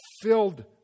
filled